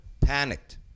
panicked